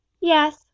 yes